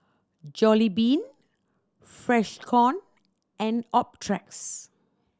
Jollibean Freshkon and Optrex